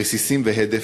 רסיסים והדף,